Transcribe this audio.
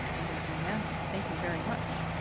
that is unanimous, thank you very much.